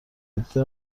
عده